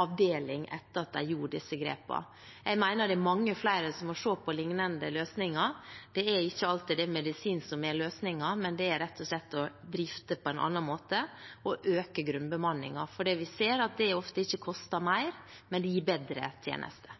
avdeling etter at de tok disse grepene. Jeg mener at mange flere må se på lignende løsninger. Det er ikke alltid det er medisin som er løsningen, men rett og slett å drifte på en annen måte og øke grunnbemanningen. Det vi ser, er at det ofte ikke koster mer, men at det gir bedre tjenester.